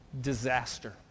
Disaster